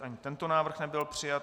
Ani tento návrh nebyl přijat.